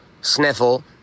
sniffle